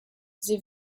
sie